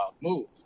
move